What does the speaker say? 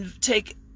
take